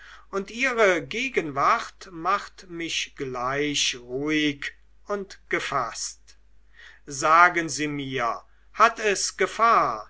und ihre gegenwart macht mich gleich ruhig und gefaßt sagen sie mir hat es gefahr